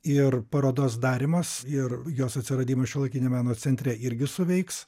ir parodos darymas ir jos atsiradimas šiuolaikinio meno centre irgi suveiks